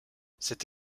cette